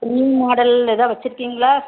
new model எதாது வச்சிருக்கீங்களா